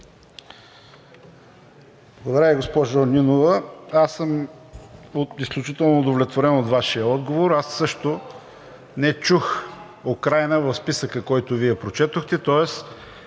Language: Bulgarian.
Благодаря Ви, госпожо Нинова. Аз съм изключително удовлетворен от Вашия отговор. Също не чух Украйна в списъка, който Вие прочетохте.